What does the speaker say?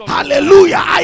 Hallelujah